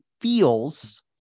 feels